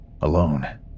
Alone